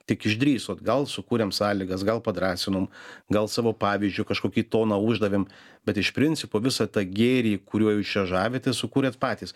tik išdrįsot gal sukūrėm sąlygas gal padrąsinom gal savo pavyzdžiu kažkokį toną uždavėm bet iš principo visą tą gėrį kuriuo jūs čia žavitės sukūrėt patys